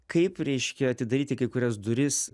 kaip reiškia atidaryti kai kurias duris